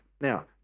Now